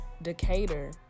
Decatur